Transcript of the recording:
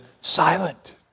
silent